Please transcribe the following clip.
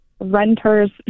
renter's